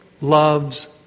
loves